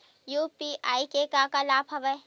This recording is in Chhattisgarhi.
यू.पी.आई के का का लाभ हवय?